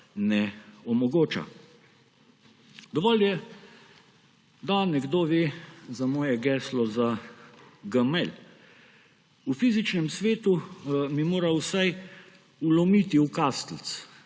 ne omogoča. Dovolj je, da nekdo ve za moje geslo za gmail. V fizičnem svetu bi moral vsaj vlomiti v kaselc.